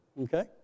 okay